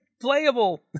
playable